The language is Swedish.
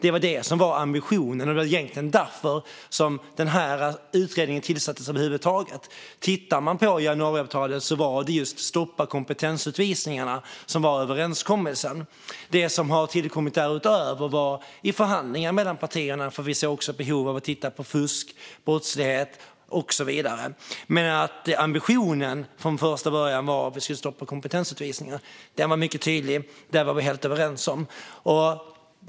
Det var det som var ambitionen, och det var egentligen därför den här utredningen över huvud taget tillsattes. I januariavtalet var det just att stoppa kompetensutvisningarna som var överenskommelsen. Det som tillkom därutöver var i förhandlingar mellan partierna, för vi såg behov av att också titta på fusk, brottslighet och så vidare. Men ambitionen från första början var att vi skulle stoppa kompetensutvisningarna. Den var mycket tydlig. Den var vi helt överens om.